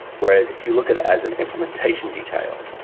whereas, if you look at it as an implementation detail,